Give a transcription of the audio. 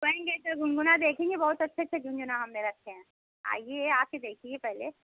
तो झुनझुना देखेंगी बहुत अच्छे अच्छे झुनझुना हमने रखे हैं आइये आकर देखिये पहले